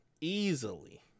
Easily